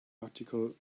article